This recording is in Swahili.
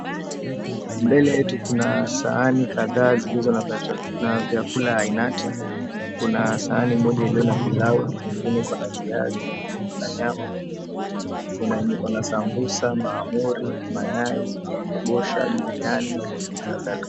Mbele yetu kuna sahani kadhaa zilizo na vyakula ainati. Kuna sahani moja iliyo na pilau, nyingine iko na viazi, nyingine iko na nyama. Kuna iko na sambusa, mahamri, mayai, kabosha, biriani na kadhalika.